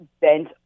bent